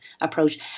approach